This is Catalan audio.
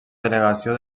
delegació